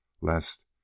lest